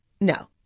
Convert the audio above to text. No